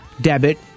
debit